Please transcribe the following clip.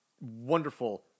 wonderful